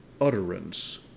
utterance